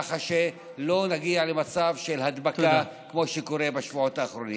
כך שלא נגיע למצב של הדבקה כמו שקורה בשבועות האחרונים.